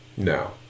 No